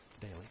daily